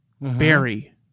Barry